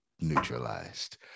neutralized